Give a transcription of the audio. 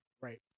Right